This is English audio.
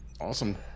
Awesome